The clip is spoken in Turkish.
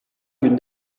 gün